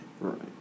right